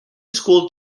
school